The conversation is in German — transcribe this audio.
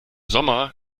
sommer